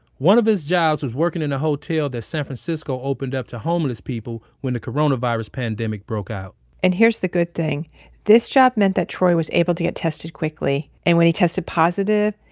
one of his jobs was working in a hotel that san francisco opened up to homeless people when the coronavirus pandemic broke out and here's the good thing this job meant that troy was able to get tested quickly. and when he tested positive,